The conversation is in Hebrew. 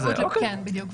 בדיוק.